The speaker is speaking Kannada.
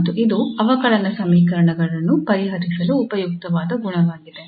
ಮತ್ತು ಇದು ಅವಕಲನ ಸಮೀಕರಣಗಳನ್ನು ಪರಿಹರಿಸಲು ಉಪಯುಕ್ತವಾದ ಗುಣವಾಗಿದೆ